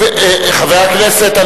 חבר הכנסת,